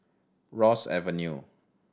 Ross Avenue